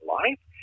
life